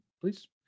please